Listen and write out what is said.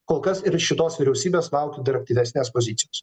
kol kas ir šitos vyriausybės laukiu tai yra didesnės pozicijos